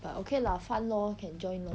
but okay lah fun lor can join lor